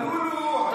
אבלולו, אבלולו.